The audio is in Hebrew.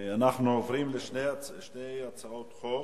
אנחנו עוברים לשתי הצעות חוק.